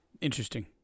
Interesting